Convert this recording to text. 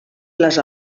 les